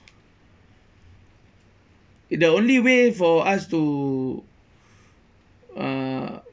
the only way for us to uh